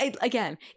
again